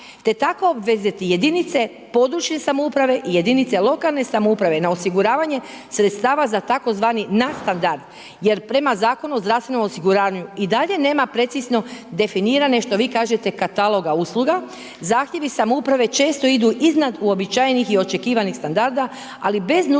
te tako obvezati jedinice područne samouprave i jedinice lokalne samouprave na osiguravanje sredstava za tzv. nadstandard, jer prema Zakonu o zdravstvenom osiguranju i dalje nema precizno definirane što vi kažete kataloga usluga. Zahtjevi samouprave često idu iznad uobičajenih i očekivanih standarda, ali bez nužnog